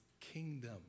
kingdom